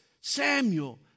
Samuel